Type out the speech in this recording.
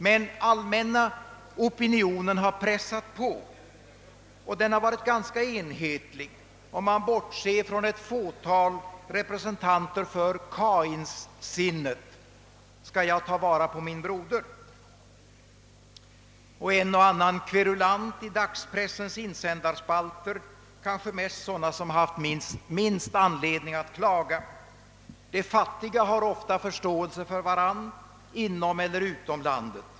Den allmänna opinionen har pressat på, och den har varit ganska enhetlig, om man bortser från ett fåtal representanter för Kain-sinnet — skall jag ta vara på min broder? — och en och annan kverulant i dagspressens insändarspalter, kanske mest sådana som har haft minst anledning att klaga. De fattiga har ofta förståelse för varandra, inom och utom landet.